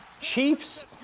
Chiefs